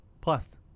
plus